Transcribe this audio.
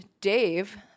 Dave